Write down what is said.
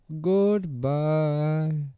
Goodbye